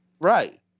right